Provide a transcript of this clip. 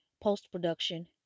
post-production